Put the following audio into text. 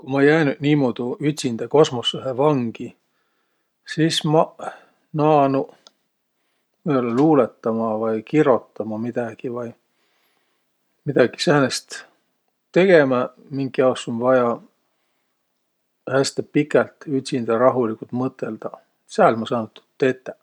Ku ma jäänüq niimuudu ütsindä kosmossõhe vangi, sis ma naanuq või-ollaq luulõtama vai kirotama midägi vai midägi säänest tegemä, mink jaos um vaia häste pikält ütsindä rahuligult mõtõldaq. Sääl ma saanuq tuud tetäq.